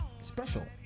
special